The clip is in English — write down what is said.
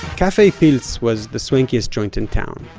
cafe pilz was the swankiest joint in town.